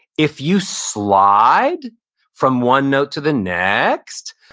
if you slide from one note to the next,